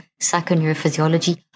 psychoneurophysiology